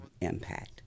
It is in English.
impact